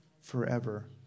forever